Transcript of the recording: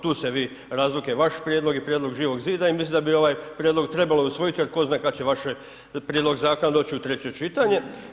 Tu se vi, razlikuje vaš prijedlog i prijedlog Živog zida i mislim da bi ovaj prijedlog trebalo usvojiti jer tko zna kad će vaše prijedlog zakona doći u treće čitanje.